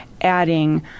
adding